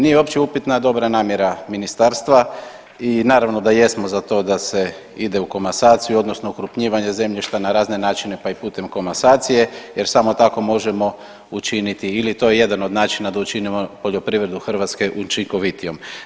Nije uopće upitna dobra namjera ministarstva i naravno da jesmo za to da se ide u komasaciju, odnosno okrupnjivanje zemljišta na razne načine pa i putem komasacije jer samo tako možemo učiniti ili je to jedan od načina da učinimo poljoprivredu Hrvatske učinkovitijom.